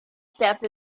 step